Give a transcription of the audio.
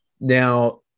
Now